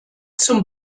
zum